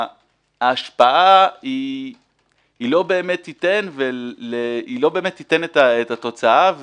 ההשפעה לא באמת תיתן את התוצאה,